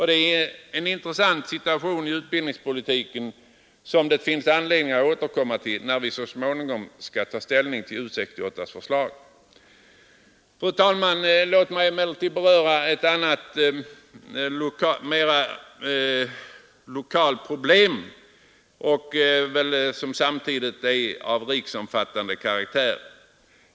Det här är en intressant situation i utbildningspolitiken som det finns anledning att återkomma till när vi så småningom skall ta ställning till U 68:s förslag. Fru talman! Låt mig till sist beröra ett mera lokalt problem som samtidigt är av riksomfattande karaktär.